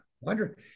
wonder